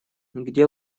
где